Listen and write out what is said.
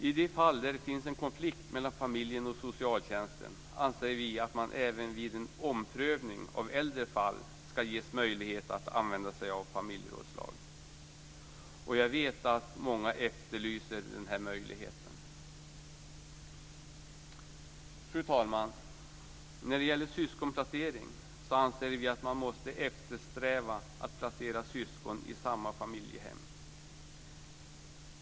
I de fall där det finns en konflikt mellan familjen och socialtjänsten ska man, anser vi, även vid en omprövning av äldre fall ges möjlighet att använda sig av familjerådslag. Jag vet att många efterlyser den möjligheten. Fru talman! När det gäller syskonplacering anser vi att man måste eftersträva att placera syskon i samma familjehem.